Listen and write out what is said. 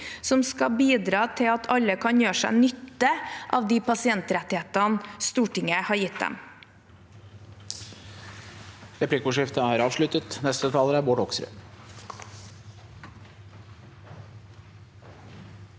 som skal bidra til at alle kan gjøre seg nytte av de pasientrettighetene Stortinget har gitt dem.